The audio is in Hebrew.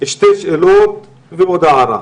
שתי שאלות ועוד הערה.